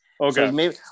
Okay